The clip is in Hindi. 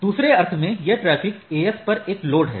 दूसरे अर्थ में यह ट्रैफिक AS पर एक लोड है